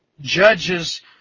Judges